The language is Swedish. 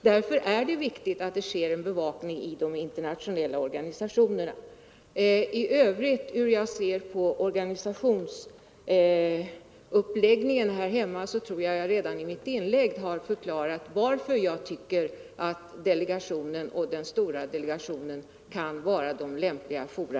Därför är det viktigt att det blir — mellan män och en bevakning i de internationella organisationerna. kvinnor, m.m. När det gäller hur jag i övrigt ser på organisationsuppläggningen för kvinnoåret här hemma tror jag att jag redan i mitt första inlägg har förklarat varför jag tycker att delegationen och den stora delegationen kan vara lämpliga fora.